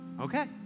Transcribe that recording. Okay